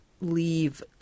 leave